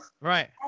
Right